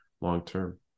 long-term